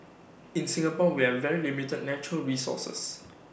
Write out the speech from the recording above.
in Singapore we are very limited natural resources